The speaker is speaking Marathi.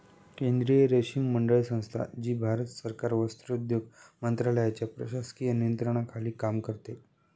केंद्रीय रेशीम मंडळ संस्था, जी भारत सरकार वस्त्रोद्योग मंत्रालयाच्या प्रशासकीय नियंत्रणाखाली काम करते